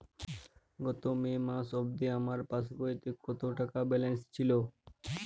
গত মে মাস অবধি আমার পাসবইতে কত টাকা ব্যালেন্স ছিল?